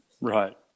right